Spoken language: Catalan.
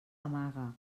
amaga